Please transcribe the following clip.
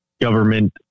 government